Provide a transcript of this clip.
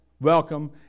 welcome